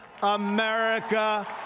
America